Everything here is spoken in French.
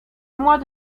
mois